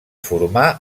formà